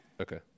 Okay